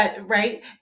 right